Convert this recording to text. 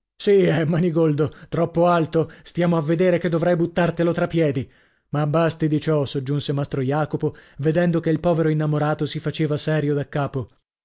sì eh manigoldo troppo alto stiamo a vedere che dovrei buttartelo tra piedi ma basti di ciò soggiunse mastro jacopo vedendo che il povero innamorato si faceva serio da capo